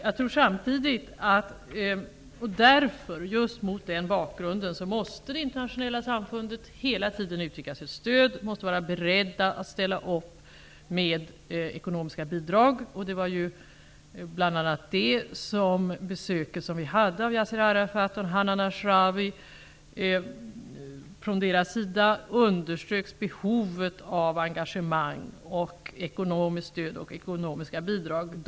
Just mot den bakgrunden måste det internationella samfundet hela tiden uttrycka sitt stöd och vara beredda att ställa upp med ekonomiska bidrag. Vid det besök som gjordes av Yasser Arafat och Hanan Ashrawi underströks bl.a. behovet av engagemang, ekonomiskt stöd och ekonomiska bidrag.